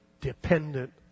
dependent